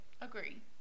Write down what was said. agree